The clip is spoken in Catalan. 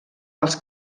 pels